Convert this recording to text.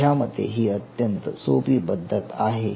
माझ्यामते ही अत्यंत सोपी पद्धत आहे